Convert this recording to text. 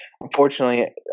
unfortunately